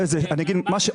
בדרך כלל,